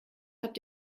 habt